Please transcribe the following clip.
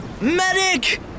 Medic